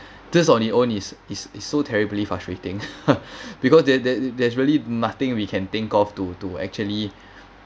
this on it own is is is so terribly frustrating because there that there's really nothing we can think of to to actually